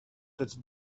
that